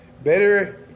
Better